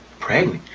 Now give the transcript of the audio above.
pregnant?